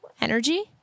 Energy